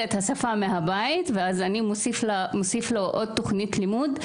את השפה מהבית ואני מוסיף לו עוד תוכנית לימודים,